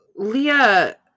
Leah